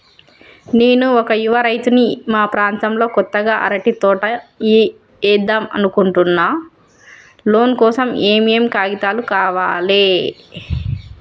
నేను ఒక యువ రైతుని మా ప్రాంతంలో కొత్తగా అరటి తోట ఏద్దం అనుకుంటున్నా లోన్ కోసం ఏం ఏం కాగితాలు కావాలే?